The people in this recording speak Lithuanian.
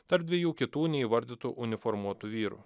tarp dviejų kitų neįvardytų uniformuotų vyrų